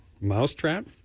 Mousetrap